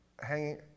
hanging